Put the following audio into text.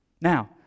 Now